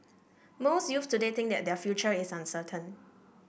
most youth today think that their future is uncertain